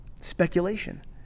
Speculation